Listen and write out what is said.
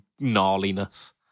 gnarliness